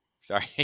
Sorry